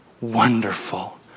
Wonderful